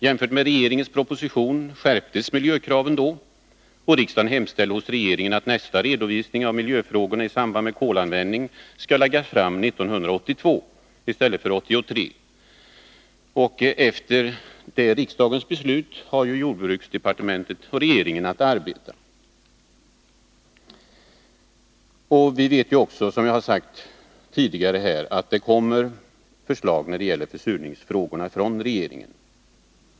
Jämfört med regeringens proposition skärptes miljökraven då, och riksdagen hemställde hos regeringen att nästa redovisning av miljöfrågorna i samband med kolanvändning skall läggas fram 1982 i stället för 1983. Efter det riksdagsbeslutet har jordbruksdepartementet och regeringen att arbeta. Som jag sagt tidigare, vet vi också att regeringen kommer att lägga fram förslag när det gäller försurningsfrågorna.